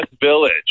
Village